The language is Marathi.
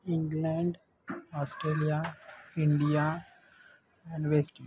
England Australia India and West Indies